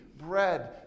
bread